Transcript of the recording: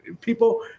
people